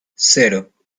cero